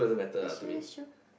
that's true that's true